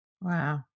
Wow